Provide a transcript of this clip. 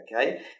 okay